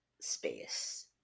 space